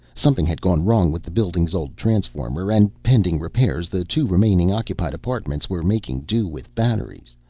something had gone wrong with the building's old transformer and, pending repairs, the two remaining occupied apartments were making do with batteries,